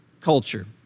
culture